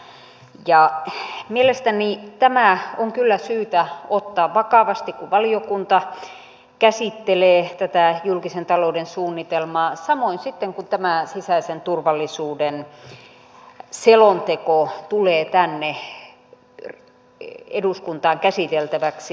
mielestäni tämä on kyllä syytä ottaa vakavasti kun valiokunta käsittelee tätä julkisen talouden suunnitelmaa samoin sitten kun tämä sisäisen turvallisuuden selonteko tulee tänne eduskuntaan käsiteltäväksi